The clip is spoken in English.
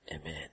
Amen